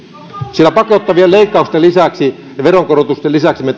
sillä pakottavien leikkausten lisäksi ja veronkorotusten lisäksi me